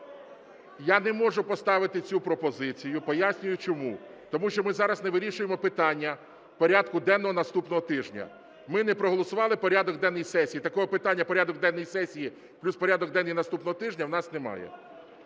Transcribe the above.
Я не можу поставити цю пропозицію, пояснюю, чому. Тому що ми зараз не вирішуємо питання порядку денного наступного тижня. Ми не проголосували порядок денний сесії. Такого питання, як порядок денний сесії плюс порядок денний наступного тижня, у нас немає.